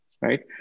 right